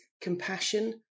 compassion